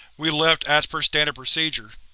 we left as per standard procedure.